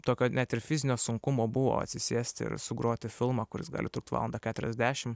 tokio net ir fizinio sunkumo buvo atsisėst ir sugroti filmą kuris gali trukt valandą keturiasdešim